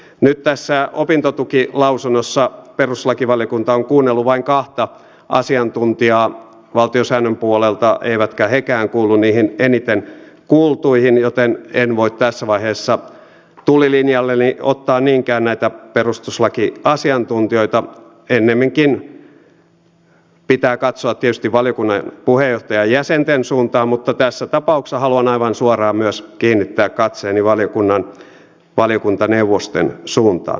nyt tässä opintotukilausunnossa perustuslakivaliokunta on kuunnellut vain kahta asiantuntijaa valtiosäännön puolelta eivätkä hekään kuulu niihin eniten kuultuihin joten en voi tässä vaiheessa tulilinjalleni ottaa niinkään näitä perustuslakiasiantuntijoita ennemminkin pitää katsoa tietysti valiokunnan puheenjohtajien ja jäsenten suuntaan mutta tässä tapauksessa haluan aivan suoraan myös kiinnittää katseeni valiokuntaneuvosten suuntaan